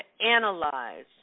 analyze